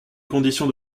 conditions